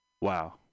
Wow